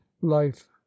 life